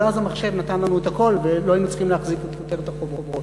אבל אז המחשב נתן לנו את הכול ולא היינו צריכים להחזיק יותר את החוברות.